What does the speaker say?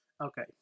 Okay